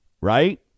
right